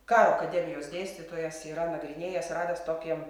karo akademijos dėstytojas yra nagrinėjęs radęs tokį